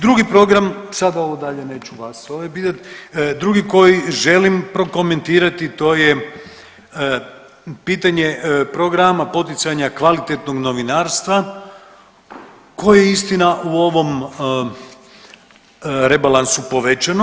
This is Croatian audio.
Drugi program, sada ovo dalje neću vas … drugi koji želim prokomentirati to je pitanje programa poticanja kvalitetnog novinarstva koji istina u ovom rebalansu povećano.